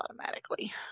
automatically